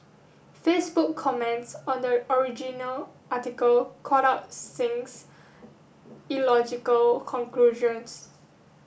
Facebook comments on the original article called out Singh's illogical conclusions